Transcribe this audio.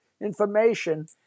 information